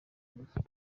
n’iki